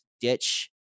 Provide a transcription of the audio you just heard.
ditch